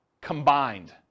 combined